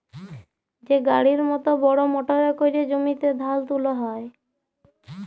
যে গাড়ির মত বড় মটরে ক্যরে জমিতে ধাল তুলা হ্যয়